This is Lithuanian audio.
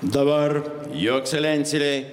dabar jo ekscelencijai